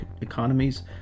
economies